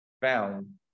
found